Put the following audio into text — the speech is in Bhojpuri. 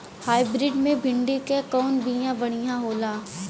हाइब्रिड मे भिंडी क कवन बिया बढ़ियां होला?